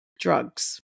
drugs